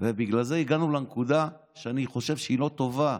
ובגלל זה הגענו לנקודה שאני חושב שהיא לא טובה.